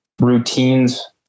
routines